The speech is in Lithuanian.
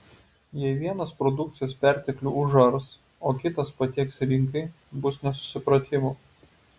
jei vienas produkcijos perteklių užars o kitas patieks rinkai bus nesusipratimų